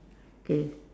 okay